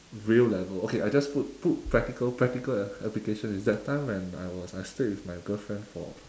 real level okay I just put put practical practical application is that time when I was I stayed with my girlfriend for